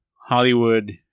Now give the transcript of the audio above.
Hollywood